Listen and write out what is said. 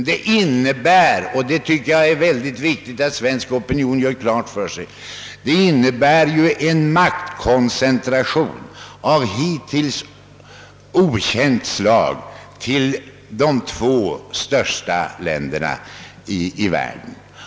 Det skulle — detta tycker jag är mycket viktigt att den svenska opinionen får klart för sig — innebära en maktkoncentration av hittills okänt slag till de två största länderna i världen.